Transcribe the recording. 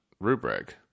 rubric